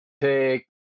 take